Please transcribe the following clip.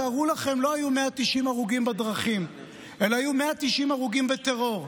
תארו לכם שלא היו 190 הרוגים בדרכים אלא היו 190 הרוגים בטרור,